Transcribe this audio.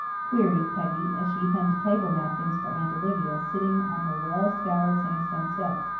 queried peggy, as she hemmed table-napkins for aunt olivia, sitting on her well-scoured sandstone steps,